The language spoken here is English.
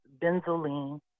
benzoline